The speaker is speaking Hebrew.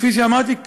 כפי שאמרתי,